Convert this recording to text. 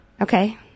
Okay